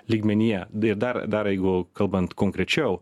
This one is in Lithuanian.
lygmenyje bėda dar jeigu kalbant konkrečiau